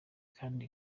kandi